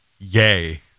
yay